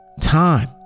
time